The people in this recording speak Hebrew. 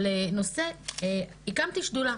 הקמתי שדולה.